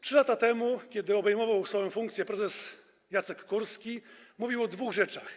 3 lata temu, kiedy obejmował swoją funkcję prezes Jacek Kurski, mówił o dwóch rzeczach.